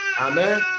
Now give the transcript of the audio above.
Amen